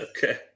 Okay